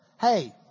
hey